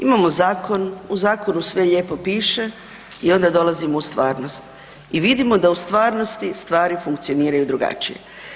Imamo zakon, u zakonu sve lijepo piše i onda dolazimo u stvarnost i vidimo da u stvarnosti stvari funkcioniraju drugačije.